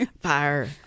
fire